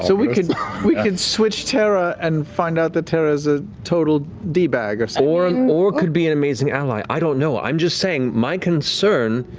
so we could we could switch terra and find out that terra's a total d-bag. matt so or and or could be an amazing ally. i don't know, i'm just saying, my concern,